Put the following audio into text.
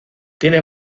tiene